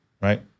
right